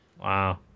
wow